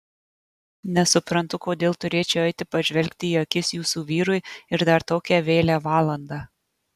nesuprantu kodėl turėčiau eiti pažvelgti į akis jūsų vyrui ir dar tokią vėlią valandą